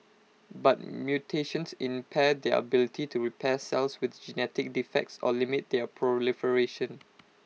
but mutations impair their ability to repair cells with genetic defects or limit their proliferation